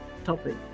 topic